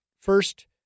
First